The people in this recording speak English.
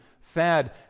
fad